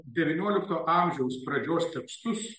devyniolikto amžiaus pradžios tekstus